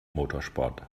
motorsport